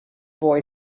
boy